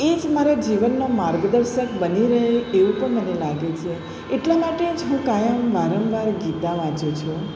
એ જ મારા જીવનનો માર્ગદર્શક બની રહે એવું પણ મને લાગે છે એટલા માટે જ હું કાયમ વારંવાર ગીતા વાંચું છુ